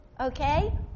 Okay